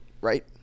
right